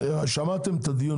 שמעתם את הדיון,